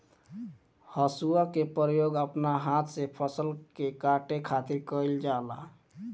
हसुआ के प्रयोग अपना हाथ से फसल के काटे खातिर कईल जाला